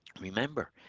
remember